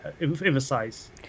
emphasize